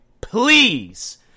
please